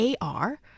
AR